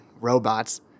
Robots